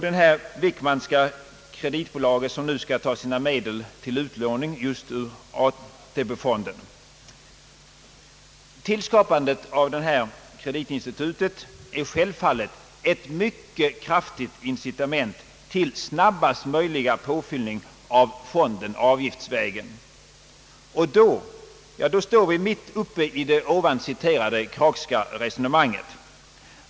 Det Wickmanska kreditbolaget skall nu ta sina medel till utlåning just ur AP-fonden. Tillskapandet av detta kreditinstitut är självfallet ett mycket kraftigt incitament till snabbast möjliga påfyllning av fonden avgiftsvägen. Då står vi mitt uppe i det ovan citerade Kraghska resonemanget.